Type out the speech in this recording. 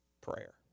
prayer